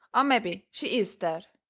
or mebby she is dead,